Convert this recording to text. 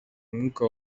mwuka